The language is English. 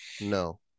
No